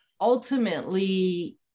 ultimately